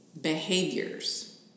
behaviors